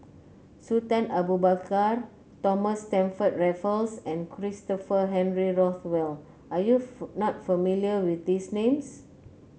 Sultan Abu Bakar Thomas Stamford Raffles and Christopher Henry Rothwell are you not familiar with these names